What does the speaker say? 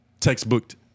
textbooked